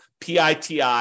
PITI